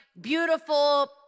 beautiful